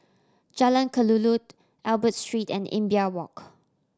Jalan Kelulut Albert Street and Imbiah Walk